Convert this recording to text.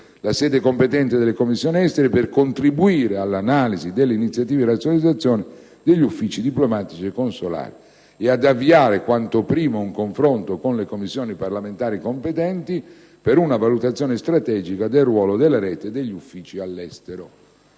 la sede competente delle Commissioni affari esteri per contribuire all'analisi delle iniziative di razionalizzazione degli uffici diplomatici e consolari; ad avviare quanto prima un confronto con le Commissioni parlamentari competenti per una valutazione strategica del ruolo della rete degli uffici all'estero».